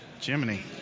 Jiminy